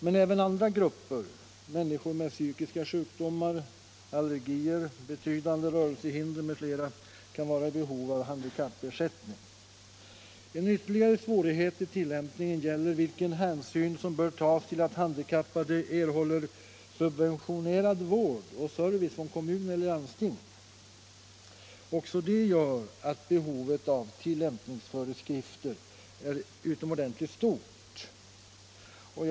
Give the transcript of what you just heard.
Men även andra grupper, människor med psykiska sjukdomar, allergier, betydande rörelsehinder m.fl. kan vara i behov av handikappersättning. | En ytterligare svårighet vid tillämpningen gäller vilken hänsyn som bör tas till att handikappade erhåller subventionerad vård och service från kommun eller landsting. Också det gör att behovet av tillämpningsföreskrifter är utomordentligt stort.